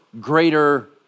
greater